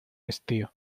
estío